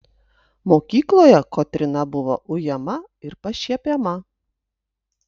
mokykloje kotryna buvo ujama ir pašiepiama